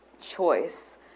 choice